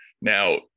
Now